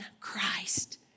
Christ